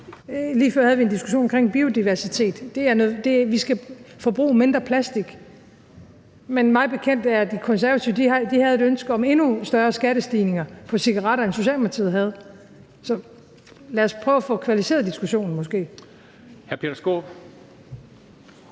Lige før havde vi en diskussion omkring biodiversitet, nemlig om, at vi skal forbruge mindre plastik. Men mig bekendt havde De Konservative et ønske om endnu større stigninger på cigaretter, end Socialdemokratiet havde. Så lad os nu måske prøve at få kvalificeret diskussionen.